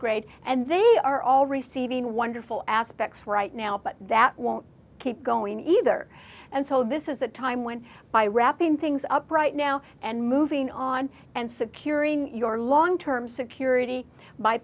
grade and they are all receiving wonderful aspects right now but that won't keep going either and so this is a time when by wrapping things up right now and moving on and securing your long term security by